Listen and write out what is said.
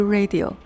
Radio